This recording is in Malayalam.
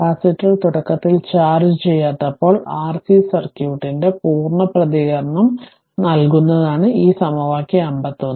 കപ്പാസിറ്റർ തുടക്കത്തിൽ ചാർജ്ജ് ചെയ്യാത്തപ്പോൾ RC സർക്യൂട്ടിന്റെ പൂർണ്ണ പ്രതികരണം നൽകുന്നതാണ് ഈ സമവാക്യം 51